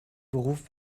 beruf